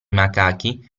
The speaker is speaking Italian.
macachi